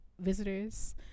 visitors